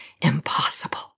impossible